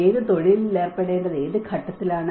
ഏത് തൊഴിലിൽ ഏർപ്പെടേണ്ടത് ഏത് ഘട്ടത്തിലാണ്